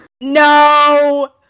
No